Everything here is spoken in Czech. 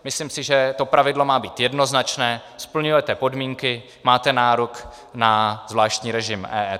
Myslím si, že to pravidlo má být jednoznačné: splňujete podmínky, máte nárok na zvláštní režim EET.